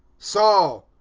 saul,